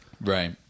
Right